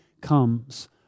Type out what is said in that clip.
comes